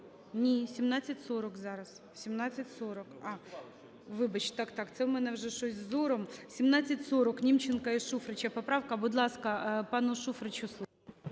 Ні, 1740 зараз, 1740. А, вибач, так-так, це у мене вже щось із зором. 1740. Німченка і Шуфрича поправка. Будь ласка, пану Шуфричу слово.